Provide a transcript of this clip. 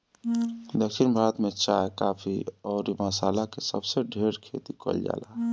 दक्षिण भारत में चाय, काफी अउरी मसाला के सबसे ढेर खेती कईल जाला